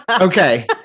Okay